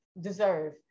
deserve